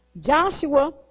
Joshua